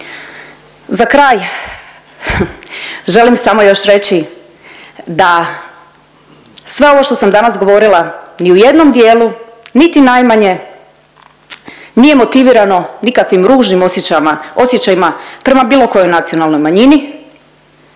Za kraj, želim samo još reći da sve ovo što sam danas govorila ni u jednom dijelu, niti najmanje nije motivirano nikakvim ružnim osjećama, osjećajima prema bilo kojoj nacionalnoj manjini,